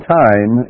time